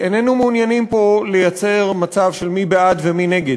איננו מעוניינים לייצר פה מצב של מי בעד ומי נגד,